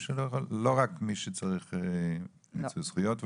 לא רק מי שצריך מיצוי זכויות,